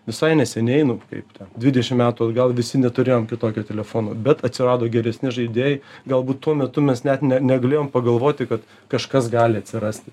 visai neseniai nu kaip te dvidešim metų atgal visi neturėjom kitokio telefono bet atsirado geresni žaidėjai galbūt tuo metu mes net negalėjom pagalvoti kad kažkas gali atsirasti